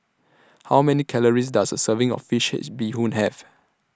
How Many Calories Does A Serving of Fish Head Bee Hoon Have